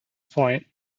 point